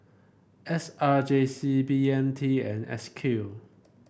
S R J C B M T and S Q